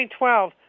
2012